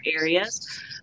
areas